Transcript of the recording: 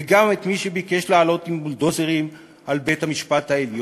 וגם את מי שביקש לעלות עם בולדוזרים על בית-המשפט העליון.